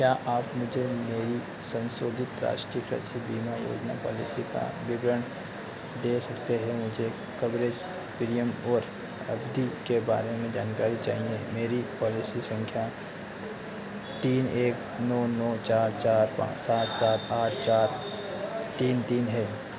क्या आप मुझे मेरी संशोधित राष्ट्रीय कृषि बीमा योजना पॉलिसी का विवरण दे सकते हैं मुझे कवरेज प्रीयम और अवधि के बारे में जानकारी चाहिए मेरी पॉलिसी संख्या तीन एक नौ नौ चार चार पाँच सात सात आठ चार तीन तीन है